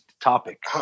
topic